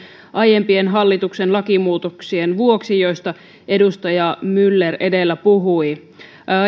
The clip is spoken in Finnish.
aiempien hallituksen lakimuutoksien vuoksi joista edustaja myller edellä puhui